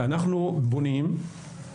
אנחנו בונים,